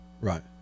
right